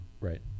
right